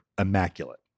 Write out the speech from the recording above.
immaculate